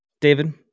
David